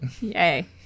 Yay